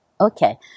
Okay